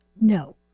No